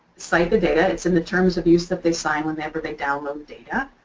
cite the data. it's in the terms of use that they sign whenever they download data.